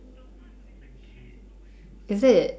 is it